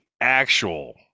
actual